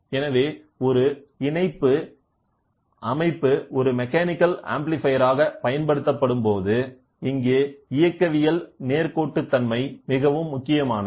எனவே ஒரு இணைப்பு அமைப்பு ஒரு மெக்கானிக்கல் ஆம்ப்ளிபையர் ஆக பயன்படுத்தப்படும்போது இங்கே இயக்கவியல் நேர்கோட்டுத்தன்மை மிகவும் முக்கியமானது